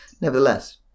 Nevertheless